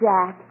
Jack